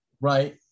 Right